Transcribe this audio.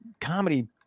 comedy